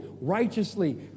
righteously